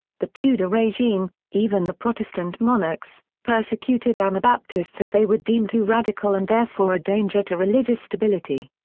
the tudor regime, even the protestant monarchs, persecuted anabaptists as they were deemed too radical and therefore a danger to religious stability.